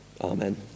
amen